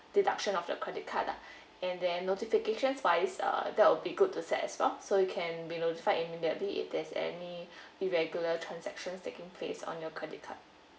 deduction of the credit card lah and the notification wise uh that will be good to set as well so you can be notified immediately if there's any irregular transactions taking place on your credit card